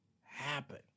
happen